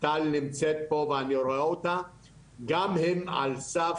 טל נמצאת פה ואני רואה אותה, גם הם על סף,